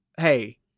hey